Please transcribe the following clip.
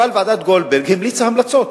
אבל ועדת-גולדברג המליצה המלצות,